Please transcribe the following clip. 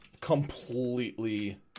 completely